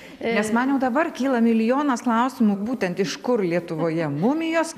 nes man jau dabar kyla milijonas klausimų būtent iš kur lietuvoje mumijos